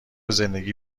زندگی